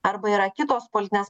arba yra kitos politinės